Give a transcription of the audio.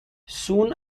soon